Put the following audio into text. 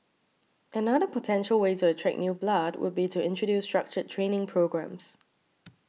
another potential way with attract new blood would be to introduce structured training programmes